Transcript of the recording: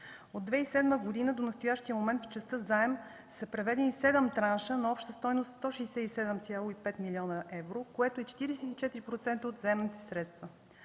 От 2007 г. до настоящия момент в частта „Заем” са преведени седем транша на обща стойност 167,5 млн. евро, което е 44% от заемните средства.